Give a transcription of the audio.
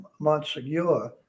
Montsegur